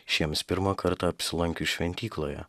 šiems pirmą kartą apsilankius šventykloje